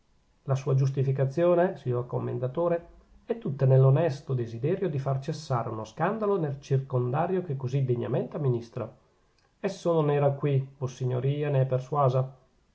la sua giustificazione signor commendatore è tutta nell'onesto desiderio di far cessare uno scandalo nel circondario che così degnamente amministra esso non era qui vossignoria ne è persuasa